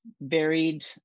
varied